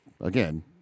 again